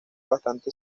bastante